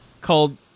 Called